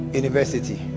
university